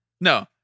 No